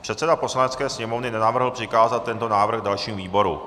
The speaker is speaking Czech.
Předseda Poslanecké sněmovny navrhl přikázat tento návrh dalším výborům.